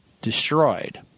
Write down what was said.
destroyed